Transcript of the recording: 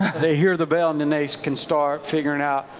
they hear the bell and and they can start figuring out,